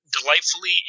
delightfully